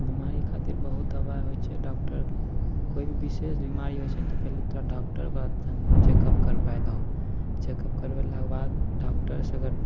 बेमारी खातिर बहुत दवा होइ छै डॉकटर कोइ भी विशेष बेमारी होइ छै ने ओकरा डॉकटर बड़ा तनि चेकअप करबै दहो चेकअप करबेलाके बाद डॉकटरसे अगर